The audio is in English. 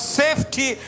safety